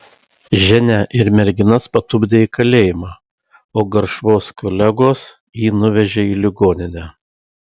ženią ir merginas patupdė į kalėjimą o garšvos kolegos jį nuvežė į ligoninę